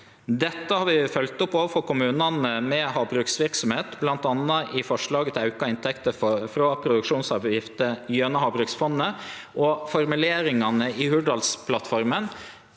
Dette har vi følgt opp overfor kommunane med havbruksverksemd, bl.a. i forslaget til auka inntekter frå produksjonsavgifta gjennom havbruksfondet. Formuleringa i Hurdalsplattforma